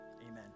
amen